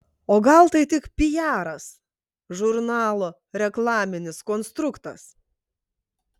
o gal tai tik piaras žurnalo reklaminis konstruktas